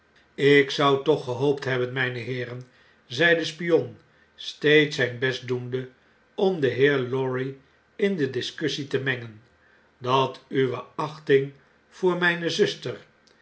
ik zou toch gehoopt hebben mijne heeren zei de spion steeds zijn best doende om den heer lorry in de discussie te mengen dat uwe achting voor mijne zuster